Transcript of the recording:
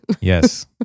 Yes